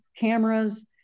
Cameras